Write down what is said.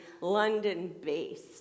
London-based